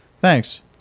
Thanks